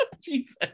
Jesus